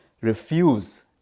refuse